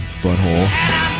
Butthole